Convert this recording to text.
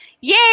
yay